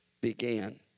began